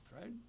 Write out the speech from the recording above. right